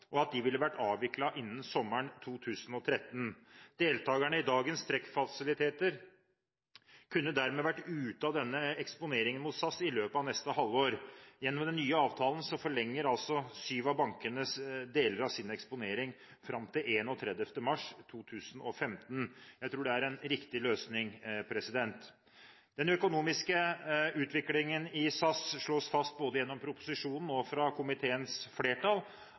og at de ville vært avviklet innen sommeren 2013. Deltakerne i dagens trekkfasiliteter kunne dermed vært ute av denne eksponeringen hos SAS i løpet av neste halvår. Gjennom den nye avtalen forlenger altså syv av bankene deler av sin eksponering fram til 31. mars 2015. Jeg tror det er en riktig løsning. Den økonomiske utviklingen i SAS har ikke vært tilfredsstillende. Det slås fast både i proposisjonen og fra komiteens flertall.